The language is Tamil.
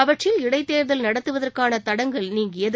அவற்றில் இடைத் தேர்தல் நடத்துவதற்கானதடங்கல் நீங்கியது